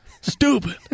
Stupid